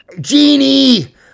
genie